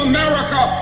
America